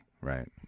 Right